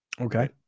Okay